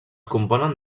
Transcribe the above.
componen